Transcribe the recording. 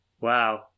Wow